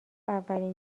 اولین